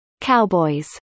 cowboys